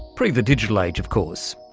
pre the digital age of course.